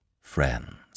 friends